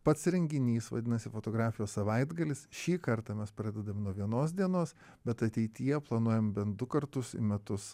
pats renginys vadinasi fotografijos savaitgalis šį kartą mes pradedam nuo vienos dienos bet ateityje planuojam bent du kartus į metus